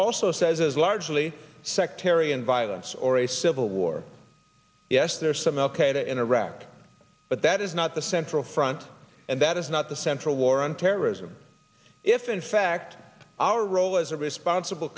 also says is largely sectarian violence or a civil war yes there are some al qaeda in iraq but that is not the central front and that is not the central war on terrorism if in fact our role as a responsible